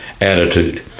attitude